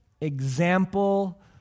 example